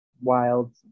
wild